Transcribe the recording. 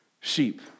sheep